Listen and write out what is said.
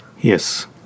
Yes